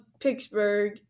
Pittsburgh